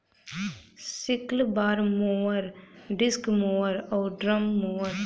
sickle bar mower, disc mower आउर drum mower